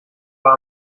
war